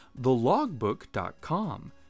TheLogbook.com